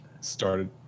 started